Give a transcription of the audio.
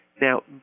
Now